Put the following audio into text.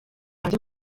hanze